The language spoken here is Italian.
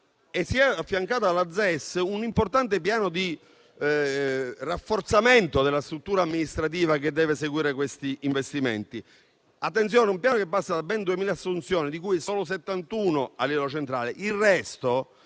si è affiancato un importante piano di rafforzamento della struttura amministrativa che deve seguire gli investimenti. Attenzione: è un piano che passa da ben 2.000 assunzioni, di cui solo 71 a livello centrale; il resto